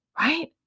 Right